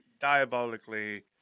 diabolically